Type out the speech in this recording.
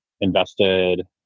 invested